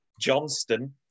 Johnston